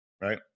right